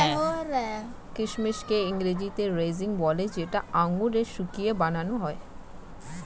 কিচমিচকে ইংরেজিতে রেজিন বলে যেটা আঙুর শুকিয়ে বানান হয়